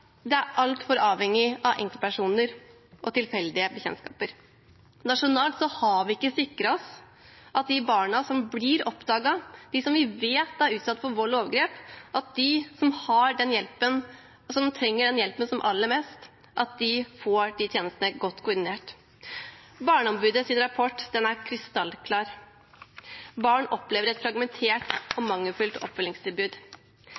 er altfor avhengig av enkeltpersoner og tilfeldige bekjentskaper. Nasjonalt har vi ikke sikret oss at de barna som blir oppdaget, dem vi vet er utsatt for vold og overgrep, og som trenger hjelpen som aller mest, får disse tjenestene godt koordinert. Barneombudets rapport er krystallklar. Barn opplever et fragmentert og